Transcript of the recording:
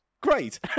great